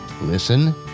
listen